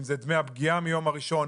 אם זה דמי הפגיעה מהיום הראשון,